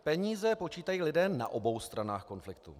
Peníze počítají lidé na obou stranách konfliktu.